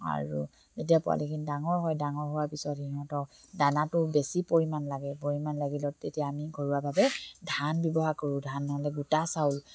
আৰু যেতিয়া পোৱালিখিনি ডাঙৰ হয় ডাঙৰ হোৱাৰ পিছত সিহঁতক দানাটো বেছি পৰিমাণ লাগে পৰিমাণ লাগিলত তেতিয়া আমি ঘৰুৱাভাৱে ধান ব্যৱহাৰ কৰোঁ ধান নহ'লে গোটা চাউল